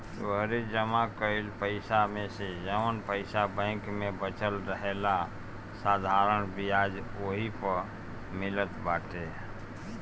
तोहरी जमा कईल पईसा मेसे जवन पईसा बैंक में बचल रहेला साधारण बियाज ओही पअ मिलत बाटे